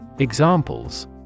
Examples